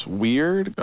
weird